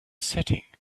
setting